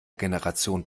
generation